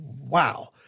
Wow